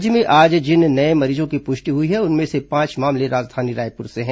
राज्य में आज जिन नये मरीजों की पुष्टि हुई है उनमें से पांच मामले राजधानी रायपुर से है